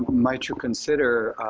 um might you consider